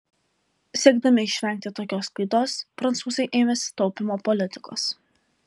siekdami išvengti tokios klaidos prancūzai ėmėsi taupymo politikos